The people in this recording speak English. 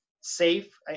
safe